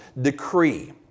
decree